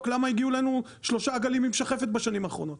למה הגיעו לנו שלושה עגלים עם שחפת בשנים האחרונות,